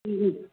جی